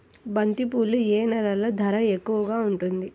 బంతిపూలు ఏ నెలలో ధర ఎక్కువగా ఉంటుంది?